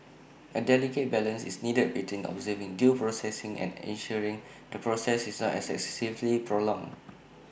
A delicate balance is needed between observing due process and ensuring the process is not excessively prolonged